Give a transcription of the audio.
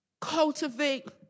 cultivate